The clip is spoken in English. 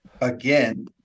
again